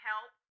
help